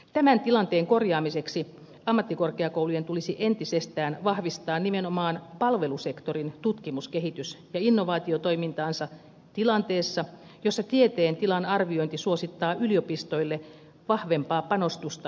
tämän tilanteen korjaamiseksi ammattikorkeakoulujen tulisi entisestään vahvistaa nimenomaan palvelusektoriin liittyvää tutkimus kehitys ja innovaatiotoimintaansa tilanteessa jossa tieteen tilan arviointi suosittaa yliopistoille vahvempaa panostusta perustutkimukseen